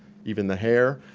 even the hair,